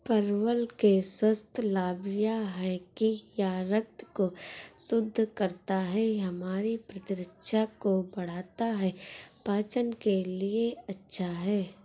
परवल के स्वास्थ्य लाभ यह हैं कि यह रक्त को शुद्ध करता है, हमारी प्रतिरक्षा को बढ़ाता है, पाचन के लिए अच्छा है